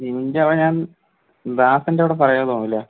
into ഞാൻ വാസൻ്റവിടെ പറയാലോ അല്ലേ